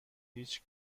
هیچ